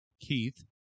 Keith